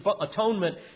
atonement